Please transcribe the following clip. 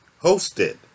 hosted